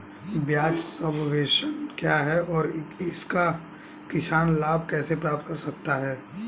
ब्याज सबवेंशन क्या है और किसान इसका लाभ कैसे प्राप्त कर सकता है?